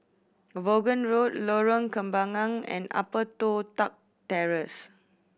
Vaughan Road Lorong Kembagan and Upper Toh Tuck Terrace